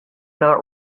not